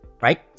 right